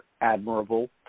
admirable